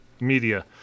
media